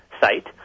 site